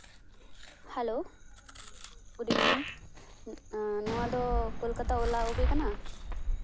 hello good ᱤᱵᱷᱤᱱᱤᱝ ᱱᱚᱣᱟ ᱫᱚ ᱠᱳᱞᱠᱟᱛᱟ ᱳᱞᱟ ᱳᱵᱮ ᱠᱟᱱᱟ